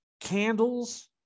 candles